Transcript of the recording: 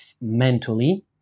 mentally